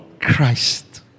Christ